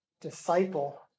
disciple